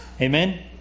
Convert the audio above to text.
Amen